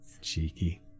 Cheeky